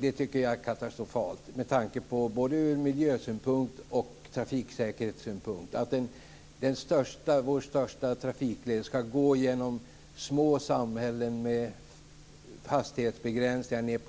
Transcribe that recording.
Jag tycker att det är katastrofalt, både ur miljösynpunkt och ur trafiksäkerhetssynpunkt, att vår största trafikled skall gå genom små samhällen, med hastighetsbegränsningar ned